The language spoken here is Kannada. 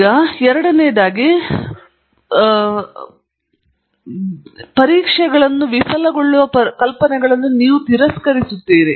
ಮೊದಲಿಗೆ ಪರೀಕ್ಷಿಸಬಹುದಾದ ಪರಿಣಾಮಗಳನ್ನು ಹೊಂದಿರದ ಎಲ್ಲಾ ಆಲೋಚನೆಗಳನ್ನು ಅದು ನಿರ್ಲಕ್ಷಿಸುತ್ತದೆ